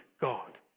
God